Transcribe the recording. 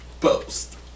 post